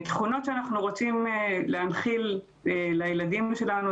תכונות שאנחנו רוצים להנחיל לילדים שלנו